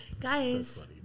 Guys